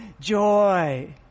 joy